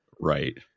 Right